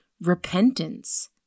repentance